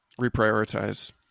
reprioritize